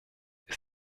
ist